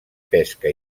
pesca